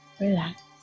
relax